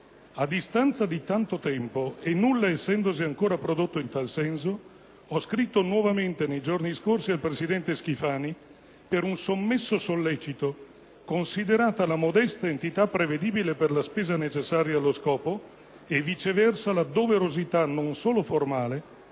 A distanza di tanto tempo, e nulla essendosi ancora prodotto in tal senso, ho scritto nuovamente nei giorni scorsi al presidente Schifani per un sommesso sollecito, considerata la modesta entità prevedibile della spesa necessaria allo scopo e, viceversa, la doverosità - non solo formale